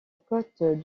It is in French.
côte